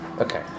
Okay